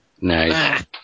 Nice